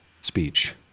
speech